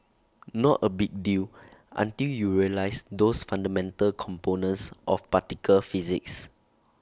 not A big deal until you realise those fundamental components of particle physics